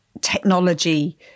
technology